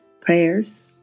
Prayers